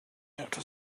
outer